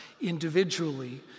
individually